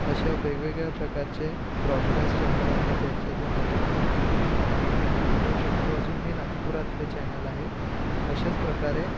अशा वेगवेगळ्या प्रकारचे ब्रॉडकास्ट चॅनल आहेत ज्याच्यातून आपण माहिती घेऊ शकतो अजून हे नागपुरातले चॅनल आहे अशाच प्रकारे